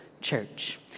church